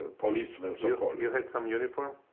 policemen, so-called. you had some uniform?